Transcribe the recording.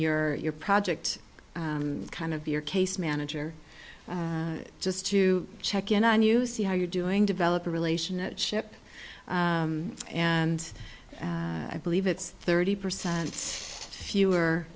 your your project kind of your case manager just to check in on you see how you're doing develop a relation ship and i believe it's thirty percent fewer